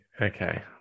Okay